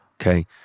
okay